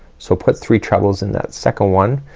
so put three trebles in that second one.